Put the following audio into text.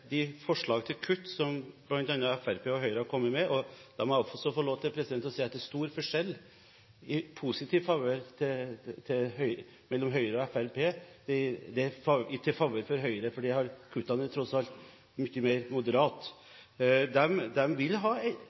de forslagene til kutt som bl.a. Fremskrittspartiet og Høyre har kommet med, må jeg få lov til å si at det er stor forskjell mellom Høyre og Fremskrittspartiet, i Høyres favør. Høyres kutt er tross alt mye mer moderate. Men de vil ha